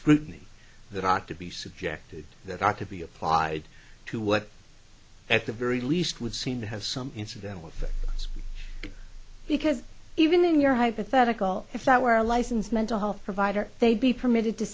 scrutiny that are to be subjected that are to be applied to what at the very least would seem to have some incidental because even in your hypothetical if that were a licensed mental health provider they'd be permitted to